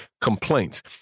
complaints